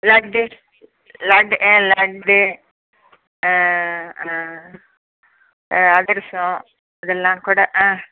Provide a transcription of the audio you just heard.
லட்டு லட்டு ஏ லட்டு அதிரசம் இதெல்லாம்கூட ஆ